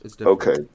Okay